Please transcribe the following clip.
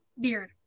beard